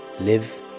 live